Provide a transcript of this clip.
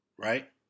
right